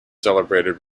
celebrated